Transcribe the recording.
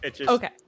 Okay